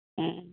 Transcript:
ᱦᱮᱸ